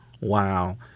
wow